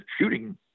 shooting